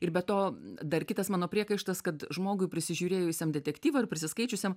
ir be to dar kitas mano priekaištas kad žmogui prisižiūrėjusiam detektyvo ir prisiskaičiusiam